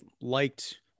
liked